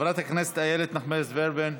חברת הכנסת איילת נחמיאס ורבין,